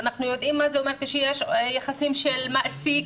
אנחנו יודעים מה זה אומר כשיש יחסים של מעסיק